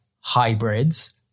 hybrids